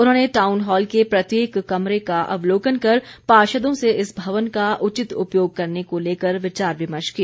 उन्होंने town hall के प्रत्येक कमरे का अवलोकन कर पार्षदों से इस भवन का उचित उपयोग करने को लेकर विचार विमर्श किया